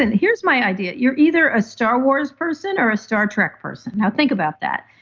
and here's my idea. you're either a star wars person, or a star trek person. now, think about that.